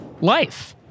life